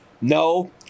no